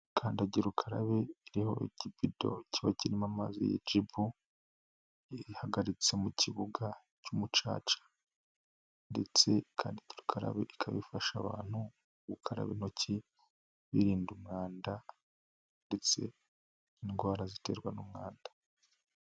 Kandagira ukarabe iriho ikipido kiba kirimo amazi ya Jibu, ihagaritse mu kibuga cy'umucaca, ndetse kandi kandagira ukarabe, ika ifasha abantu gukaraba intoki birinda umwanda ndetse n' indwara ziterwa n'umwanda.